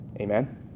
Amen